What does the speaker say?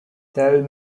though